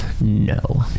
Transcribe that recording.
no